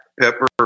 pepper